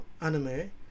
anime